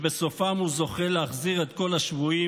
ובסופם הוא זוכה להחזיר את כל השבויים,